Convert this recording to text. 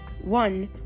One